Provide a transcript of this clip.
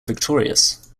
victorious